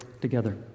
together